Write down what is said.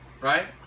Right